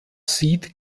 sieht